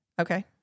Okay